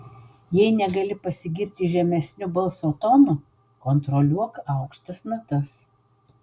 jei negali pasigirti žemesniu balso tonu kontroliuok aukštas natas